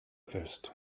fest